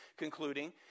concluding